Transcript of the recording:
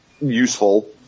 useful